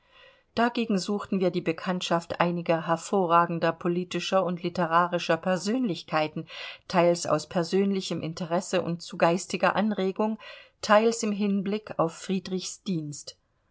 dagegen suchten wir die bekanntschaft einiger hervorragender politischer und litterarischer persönlichkeiten teils aus persönlichem interesse und zu geistiger anregung teils im hinblick auf friedrichs dienst